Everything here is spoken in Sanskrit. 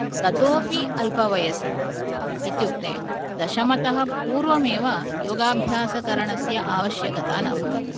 ततोपि अल्पवयसि इत्युक्ते दशमतः पूर्वमेव योगाभ्यासकरणस्य आवश्यकता न भवति